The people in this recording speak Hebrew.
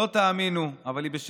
לא תאמינו, אבל היא בשקט.